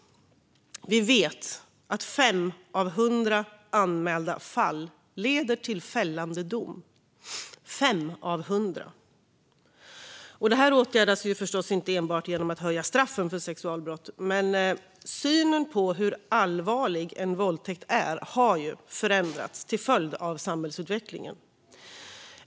Vi vet att fem av hundra anmälda fall leder till fällande dom. Det åtgärdas förstås inte enbart genom att höja straffen för sexualbrott, men synen på hur allvarlig en våldtäkt är har ju förändrats till följd av samhällsutvecklingen.